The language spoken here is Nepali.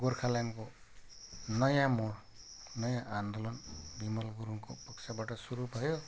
गोर्खाल्यान्डको नयाँ मोड नयाँ आन्दोलन बिमल गुरुङको पक्षबाट सुरु भयो